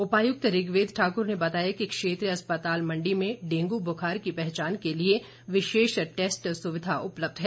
उपायुक्त ऋग्वेद ठाकुर ने बताया कि क्षेत्रीय अस्पताल मंडी में डेंगू बुखार की पहचान के लिए विशेष टैस्ट सुविधा उपलब्ध है